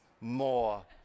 more